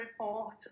Report